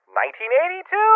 1982